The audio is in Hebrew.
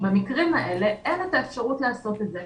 במקרים האלה אין את האפשרות לעשות את זה.